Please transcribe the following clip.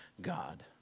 God